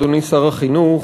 אדוני שר החינוך,